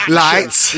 lights